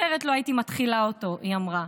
אחרת לא הייתי מתחילה אותו" היא אמרה.